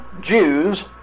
Jews